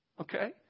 Okay